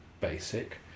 basic